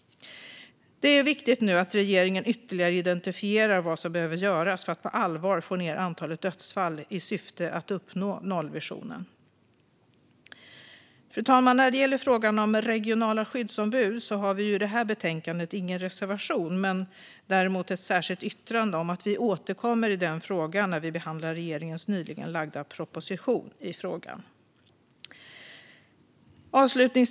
Det är viktigt att regeringen nu ytterligare identifierar vad som behöver göras för att på allvar få ned antalet dödsfall i syfte att uppnå nollvisionen. Fru talman! När det gäller frågan om regionala skyddsombud har vi i detta betänkande ingen reservation men däremot ett särskilt yttrande om att vi återkommer i denna fråga när vi ska behandla regeringens nyligen framlagda proposition i frågan. Fru talman!